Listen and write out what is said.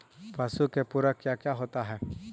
पशु के पुरक क्या क्या होता हो?